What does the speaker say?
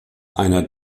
einer